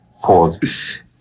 pause